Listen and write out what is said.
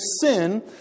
sin